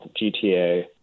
GTA